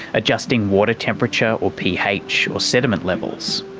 adjusting water temperature or ph or sediment levels.